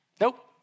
Nope